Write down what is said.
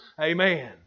Amen